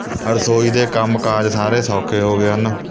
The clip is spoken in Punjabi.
ਰਸੋਈ ਦੇ ਕੰਮ ਕਾਜ਼ ਸਾਰੇ ਸੌਖੇ ਹੋ ਗਏ ਹਨ